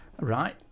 right